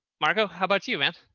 marco, how about you, man?